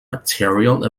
material